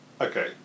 okay